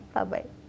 Bye-bye